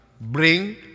bring